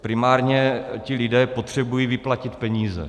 Primárně lidé potřebují vyplatit peníze.